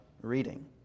reading